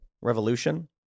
revolution